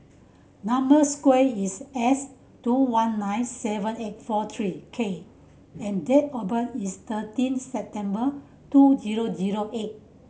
number square is S two one nine seven eight four three K and date of birth is thirteen September two zero zero eight